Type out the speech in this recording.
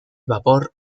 vapor